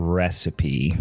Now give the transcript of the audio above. recipe